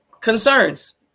concerns